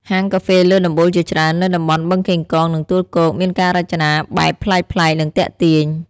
ហាងកាហ្វេលើដំបូលជាច្រើននៅតំបន់បឹងកេងកង និងទួលគោក មានការរចនាបែបប្លែកៗ និងទាក់ទាញ។